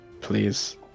please